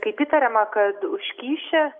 kaip įtariama kad už kyšį